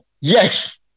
Yes